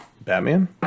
Batman